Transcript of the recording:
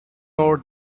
more